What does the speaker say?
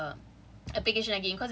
okay cause they open up the